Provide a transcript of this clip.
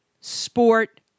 sport